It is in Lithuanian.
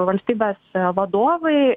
valstybės vadovai